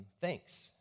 thanks